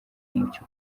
umucyo